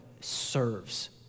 serves